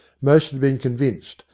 most had been convinced,